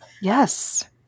Yes